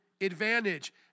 advantage